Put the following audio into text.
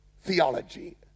theology